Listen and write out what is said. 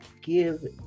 give